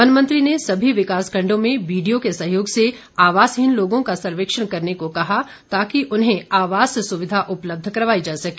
one मंत्री ने सभी विकास खंडों में बीडीओ के सहयोग से आवासहीन लोगों का सर्वेक्षण करने को कहा ताकि उन्हें आवास सुविघा उपलब्ध करवाई जा सके